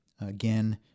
Again